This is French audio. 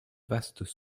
vastes